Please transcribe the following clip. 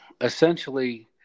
essentially